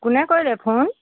কোনে কৰিলে ফোন